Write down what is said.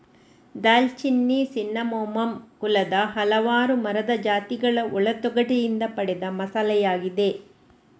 ದಾಲ್ಚಿನ್ನಿ ಸಿನ್ನಮೋಮಮ್ ಕುಲದ ಹಲವಾರು ಮರದ ಜಾತಿಗಳ ಒಳ ತೊಗಟೆಯಿಂದ ಪಡೆದ ಮಸಾಲೆಯಾಗಿದೆ